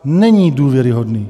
Není důvěryhodný.